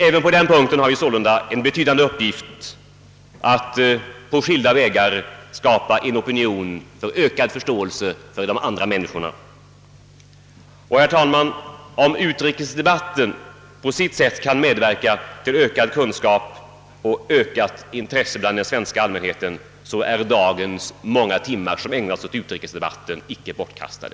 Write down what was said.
Även på den punkten har vi sålunda en betydande uppgift att på skilda vägar skapa opinion för ökad förståelse mellan människorna. Herr talman! Om utrikesdebatten på sitt sätt kan medverka till ökad kunskap och ökat intresse bland den svenska allmänheten, så är de många timmar som i dag ägnas åt denna debatt icke bortkastade.